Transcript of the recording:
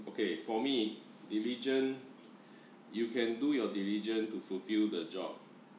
okay for me diligent you can do your diligent to fulfill the job